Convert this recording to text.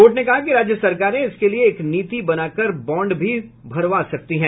court ने कहा कि राज्य सरकारें इसके लिए एक नीति बनवा कर बॉड भी भरा सकती है